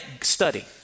study